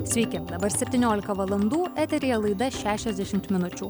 sveiki dabar septyniolika valandų eteryje laida šešiasdešimt minučių